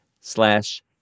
slash